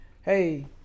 Hey